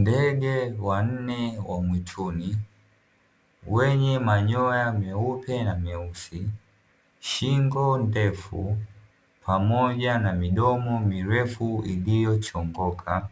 Ndege wanne wa mwituni, wenye manyoya meupe na meusi, shingo ndefu pamoja na midomo mirefu iliyochongoka.